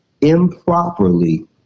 improperly